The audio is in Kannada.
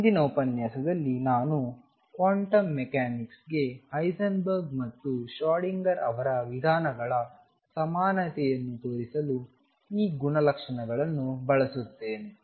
ಮುಂದಿನ ಉಪನ್ಯಾಸದಲ್ಲಿ ನಾನು ಕ್ವಾಂಟಮ್ ಮೆಕ್ಯಾನಿಕ್ಸ್ಗೆ ಹೈಸೆನ್ಬರ್ಗ್ ಮತ್ತು ಶ್ರೊಡಿಂಗರ್Schrödinger ಅವರ ವಿಧಾನಗಳ ಸಮಾನತೆಯನ್ನು ತೋರಿಸಲು ಈ ಗುಣಲಕ್ಷಣಗಳನ್ನು ಬಳಸುತ್ತೇನೆ